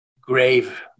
grave